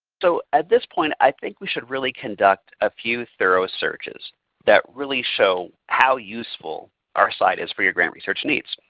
so at this point, i think we should really conduct a few thorough searches that really show how useful our site is for your grant research needs.